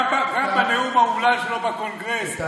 גם בנאום האומלל שלו בקונגרס,